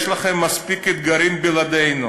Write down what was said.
יש לכם מספיק אתגרים בלעדינו.